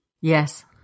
Yes